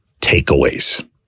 takeaways